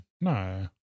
No